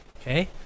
Okay